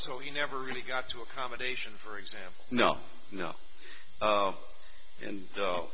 so you never really got to accommodation for example no no and